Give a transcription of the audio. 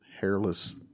Hairless